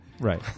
Right